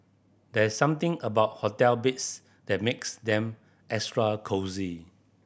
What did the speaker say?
there's something about hotel beds that makes them extra cosy